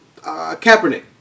Kaepernick